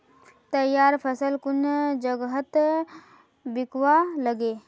तैयार फसल कुन जगहत बिकवा लगे?